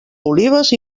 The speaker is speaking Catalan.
olives